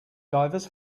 divers